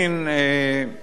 מהמציעים